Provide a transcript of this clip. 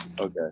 Okay